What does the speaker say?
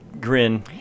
grin